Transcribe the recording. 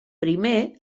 primer